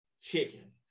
chicken